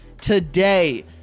today